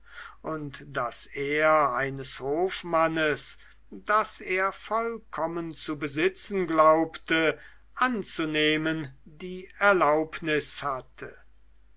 und das air eines hofmannes das er vollkommen zu besitzen glaubte anzunehmen die erlaubnis hatte